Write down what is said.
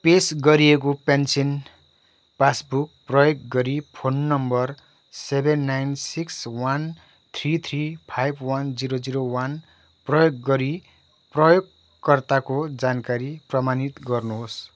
पेस गरिएको pension passbook प्रयोग गरी phone number seven nine six one three three five one zero zero one प्रयोग गरी प्रयोगकर्ताको जानकारी प्रमाणित गर्नुहोस्